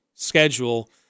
schedule